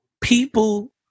people